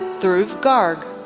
dhurv garg,